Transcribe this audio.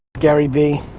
garyvee,